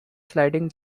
sliding